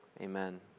Amen